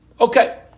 Okay